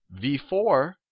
v4